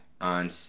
on